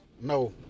No